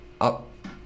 up